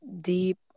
deep